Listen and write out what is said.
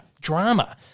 drama